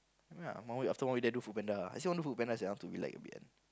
yeah one week after one week then do FoodPanda I say I want to do FoodPanda sia I want to be like